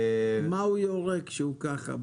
מה הוא יורה ככה?